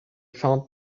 found